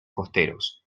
costeros